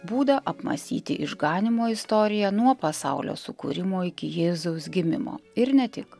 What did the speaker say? būdą apmąsyti išganymo istoriją nuo pasaulio sukūrimo iki jėzaus gimimo ir ne tik